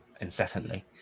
incessantly